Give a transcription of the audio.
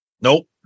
Nope